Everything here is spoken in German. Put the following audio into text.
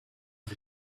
sie